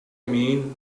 mean